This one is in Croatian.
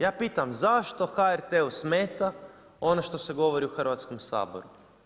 Ja pitam zašto HRT-u smeta ono što se govori u Hrvatskom saboru?